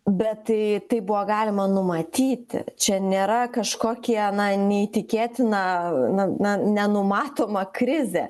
bet tai tai buvo galima numatyti čia nėra kažkokie na neįtikėtina na na nenumatoma krizė